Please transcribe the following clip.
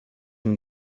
and